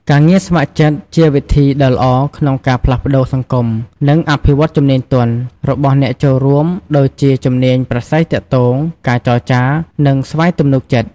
ការងារស្ម័គ្រចិត្ត ជាវិធីដ៏ល្អក្នុងការផ្លាស់ប្តូរសង្គម និងអភិវឌ្ឍជំនាញទន់ (soft skills) របស់អ្នកចូលរួម ដូចជាជំនាញប្រាស្រ័យទាក់ទង ការចរចា និងស្វ័យទំនុកចិត្ត។